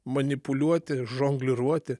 manipuliuoti žongliruoti